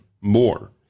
more